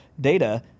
data